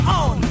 on